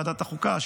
ועדת החוקה,